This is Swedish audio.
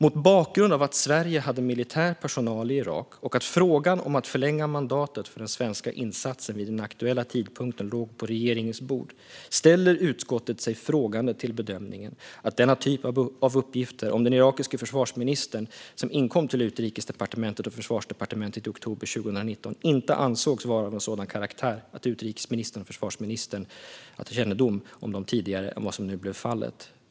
"Mot bakgrund av att Sverige hade militär personal i Irak och att frågan om att förlänga mandatet för den svenska insatsen vid den aktuella tidpunkten låg på regeringens bord, ställer utskottet sig frågande till bedömningen att den typ av uppgifter om den irakiske försvarsministern som inkom till Utrikesdepartementet och Försvarsdepartementet i oktober 2019 inte ansågs vara av sådan karaktär att det fanns skäl för utrikesministern och försvarsministern att ha kännedom om dem tidigare än vad som nu blev fallet.